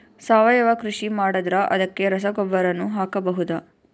ಸಾವಯವ ಕೃಷಿ ಮಾಡದ್ರ ಅದಕ್ಕೆ ರಸಗೊಬ್ಬರನು ಹಾಕಬಹುದಾ?